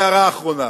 הערה אחרונה: